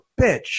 bitch